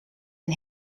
een